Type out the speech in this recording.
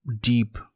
deep